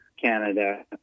Canada